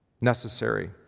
necessary